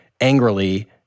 angrily